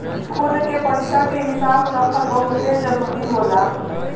खुद के पइसा के हिसाब रखल बहुते जरूरी होला